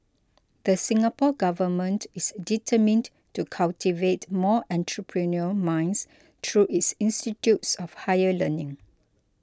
the Singapore Government is determined to cultivate more entrepreneurial minds through its institutes of higher learning